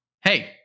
hey